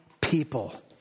people